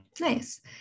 Nice